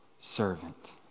servant